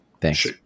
Thanks